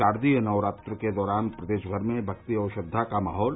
शारदीय नवरात्र के दौरान प्रदेश भर में भक्ति और श्रद्वा का माहौल